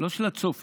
לא של הצופים,